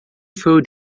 foi